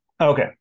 Okay